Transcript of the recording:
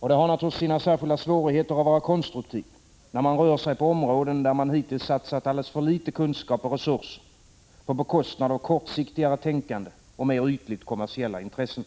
Och det har naturligtvis sina särskilda svårigheter att vara konstruktiv, när man rör sig på områden, där man hittills satsat alldeles för litet kunskap och resurser på bekostnad av kortsiktigare tänkande och mer ytligt kommersiella intressen.